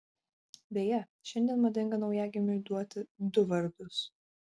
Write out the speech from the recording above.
beje šiandien madinga naujagimiui duoti du vardus